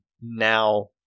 Now